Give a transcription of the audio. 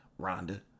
Rhonda